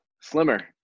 slimmer